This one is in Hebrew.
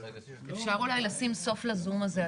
אפשר אולי לשים סוף לזום הזה,